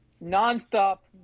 Non-stop